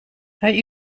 hij